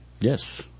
Yes